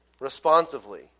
responsively